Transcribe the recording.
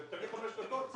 בסוף הוא לא יקבל את הנתונים.